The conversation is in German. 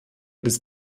des